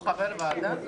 הוא חבר ועדה?